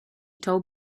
told